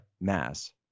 mass